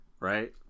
Right